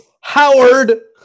Howard